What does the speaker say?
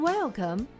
Welcome